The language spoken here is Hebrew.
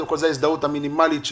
זאת ההזדמנות המינימלית שלנו.